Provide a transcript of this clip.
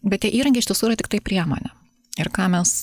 bet tie įrankiai iš tiesų tiktai priemonė ir ką mes